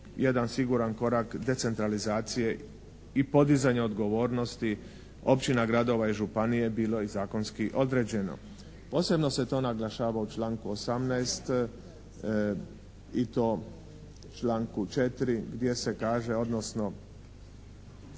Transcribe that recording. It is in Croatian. jedan siguran korak decentralizacije i podizanja odgovornosti općina, gradova i županije bilo i zakonski određeno. Posebno se to naglašava u članku 18. i to članku 4. gdje se kaže, odnosno